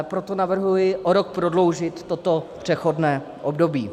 Proto navrhuji o rok prodloužit toto přechodné období.